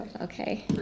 Okay